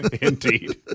Indeed